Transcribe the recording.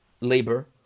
labor